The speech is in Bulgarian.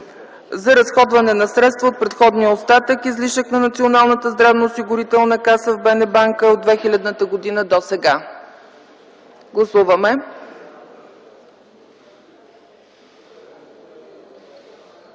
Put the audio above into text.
за разходване на средства от предходния остатък и излишък на Националната здравноосигурителна каса в БНБ от 2000 г. досега. Моля,